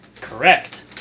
Correct